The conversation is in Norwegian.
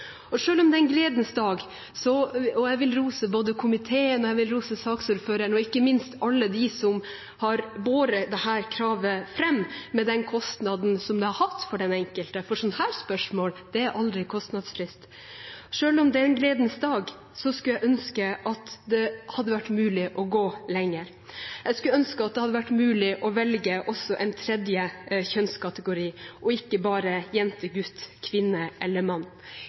selv. Selv om det er en gledens dag – og jeg vil rose både komiteen, saksordføreren og ikke minst alle dem som har båret dette kravet fram, med den kostnaden det har hatt for den enkelte, for et spørsmål som dette er aldri kostnadsfritt – skulle jeg ønske at det hadde vært mulig å gå lenger. Jeg skulle ønske det hadde vært mulig også å velge en tredje kjønnskategori, og ikke bare jente eller gutt, kvinne eller mann.